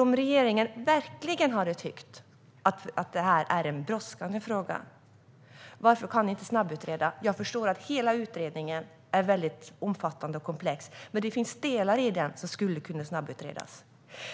Om regeringen verkligen hade tyckt att detta är en brådskande fråga, varför kan ni då inte snabbutreda den? Jag förstår att hela utredningen är mycket omfattande och komplex. Men det finns delar i den som skulle kunna snabbutredas.